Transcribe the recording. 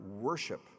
worship